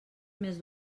més